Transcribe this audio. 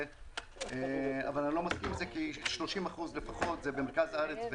אבל אני לא מסיכם עם זה כי 30 אחוזים לפחות הם במרכז הארץ.